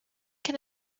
can